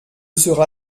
sera